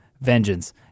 vengeance